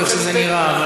איך שזה נראה.